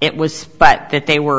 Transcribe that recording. it was but that they were